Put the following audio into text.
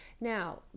Now